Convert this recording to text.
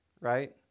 right